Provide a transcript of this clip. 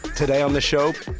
today on the show,